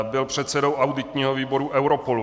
Byl předsedou auditního výboru Europolu.